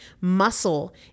Muscle